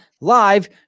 live